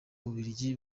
ububiligi